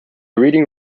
reading